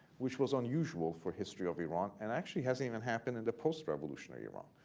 which was unusual for history of iran and actually hasn't even happened in the post-revolutionary iran.